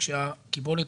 וכשהקיבולת